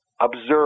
observe